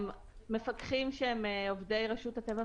מי בעד תקנה 23?